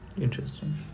Interesting